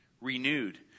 renewed